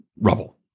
rubble